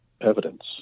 evidence